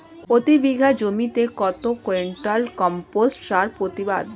প্রতি বিঘা জমিতে কত কুইন্টাল কম্পোস্ট সার প্রতিবাদ?